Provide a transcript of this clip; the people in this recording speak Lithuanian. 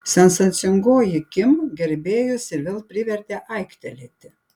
sensacingoji kim gerbėjus ir vėl privertė aiktelėti